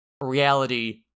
reality